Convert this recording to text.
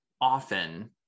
often